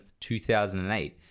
2008